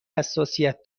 حساسیت